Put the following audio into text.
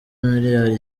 miliyari